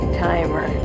timer